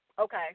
okay